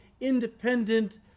independent